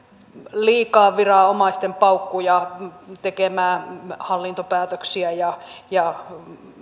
liikaa viranomaisten paukkuja siihen että tehdään hallintopäätöksiä ja ja